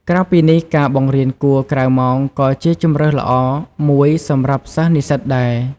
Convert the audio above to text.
ក្រៅពីនេះ ការបង្រៀនគួរក្រៅម៉ោងក៏ជាជម្រើសល្អមួយសម្រាប់សិស្សនិស្សិតដែរ។